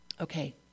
Okay